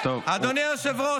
--- אדוני היושב-ראש,